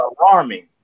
alarming